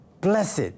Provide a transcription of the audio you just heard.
Blessed